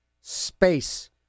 space